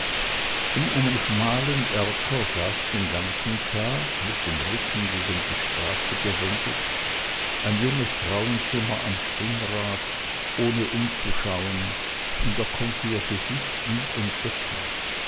in einem schmalen erker saß den ganzen tag mit dem rücken gegen die straße gewendet ein junges frauenzimmer am spinnrad ohne umzuschauen und er konnte ihr gesicht nie entdecken